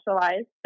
specialized